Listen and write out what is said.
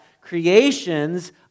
creations